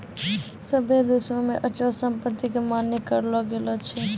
सभ्भे देशो मे अचल संपत्ति के मान्य करलो गेलो छै